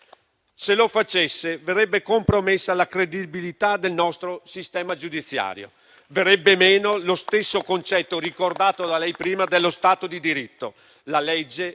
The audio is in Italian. Se lo facesse, verrebbe compromessa la credibilità del nostro sistema giudiziario, verrebbe meno lo stesso concetto, ricordato da lei prima, dello Stato di diritto: la legge